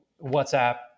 WhatsApp